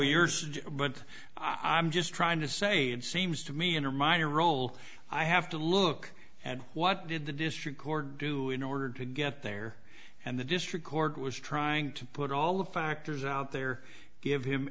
yours but i'm just trying to say it seems to me in her minor role i have to look at what did the district court do in order to get there and the district court was trying to put all the factors out there give him